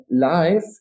life